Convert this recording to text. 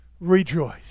rejoice